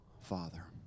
Father